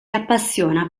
appassiona